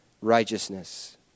righteousness